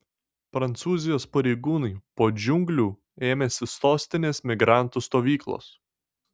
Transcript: prancūzijos pareigūnai po džiunglių ėmėsi sostinės migrantų stovyklos